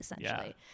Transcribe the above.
essentially